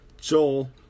Joel